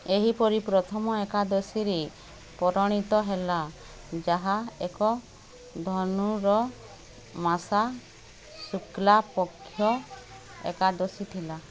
ଏହିପରି ପ୍ରଥମ ଏକାଦଶୀରେ ପରିଣତ ହେଲା ଯାହା ଏକ ଧନୁର ମାସ ଶୁକ୍ଲା ପକ୍ଷ ଏକାଦଶୀ ଥିଲା